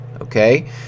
okay